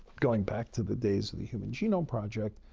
going back to the days of the human genome project,